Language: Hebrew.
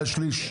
היה שליש.